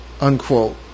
unquote